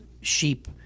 sheep